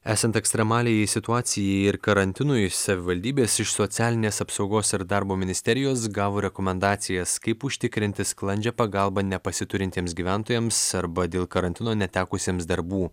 esant ekstremaliajai situacijai ir karantinui savivaldybės iš socialinės apsaugos ir darbo ministerijos gavo rekomendacijas kaip užtikrinti sklandžią pagalbą nepasiturintiems gyventojams arba dėl karantino netekusiems darbų